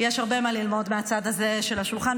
יש הרבה מה ללמוד מהצד הזה של השולחן,